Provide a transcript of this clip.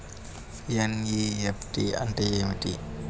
NEFT అంటే ఏమిటీ?